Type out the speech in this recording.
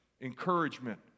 encouragement